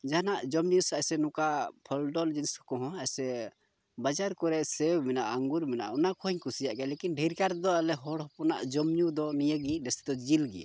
ᱡᱟᱦᱟᱱᱟᱜ ᱡᱚᱢ ᱧᱩ ᱥᱮ ᱮᱥᱮ ᱚᱠᱟ ᱯᱷᱚᱞ ᱰᱚᱞ ᱡᱤᱱᱤᱥ ᱠᱚᱦᱚᱸ ᱮᱭᱥᱮ ᱵᱟᱡᱟᱨ ᱠᱚᱨᱮᱜ ᱥᱮᱵ ᱢᱮᱱᱟᱜᱼᱟ ᱟᱺᱜᱩᱨ ᱢᱮᱱᱟᱜᱼᱟ ᱚᱱᱟ ᱠᱚ ᱦᱚᱧ ᱠᱩᱥᱤᱭᱟᱜ ᱜᱮᱭᱟ ᱞᱮᱠᱤᱱ ᱰᱷᱮᱨᱠᱟᱨ ᱛᱮᱫᱚ ᱟᱞᱮ ᱦᱚᱲ ᱦᱚᱯᱚᱱᱟᱜ ᱡᱚᱢ ᱧᱩ ᱫᱚ ᱱᱤᱭᱟᱹ ᱜᱮ ᱡᱟᱹᱥᱛᱤ ᱫᱚ ᱡᱤᱞ ᱜᱮ